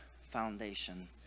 foundation